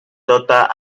daughter